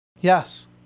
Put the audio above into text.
Yes